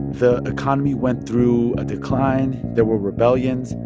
the economy went through a decline. there were rebellions.